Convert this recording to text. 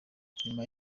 nyuma